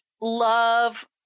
love